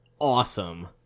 awesome